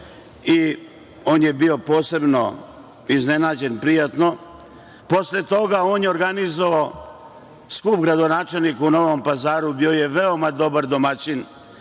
i on je bio posebno iznenađen prijatno. Posle toga on je organizovao skup gradonačelnika u Novom Pazaru. Bio je veoma dobar domaćin